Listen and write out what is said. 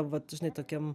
vat žinai tokiem